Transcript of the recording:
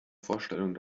vorstellung